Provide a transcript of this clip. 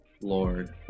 Lord